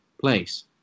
place